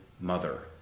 Mother